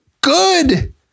Good